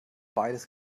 beides